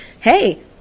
Hey